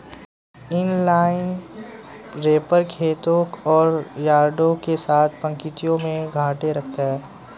inline wrapper खेतों और यार्डों के साथ पंक्तियों में गांठें रखता है